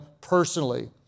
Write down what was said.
personally